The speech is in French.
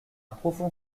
profond